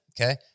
Okay